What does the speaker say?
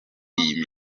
iyi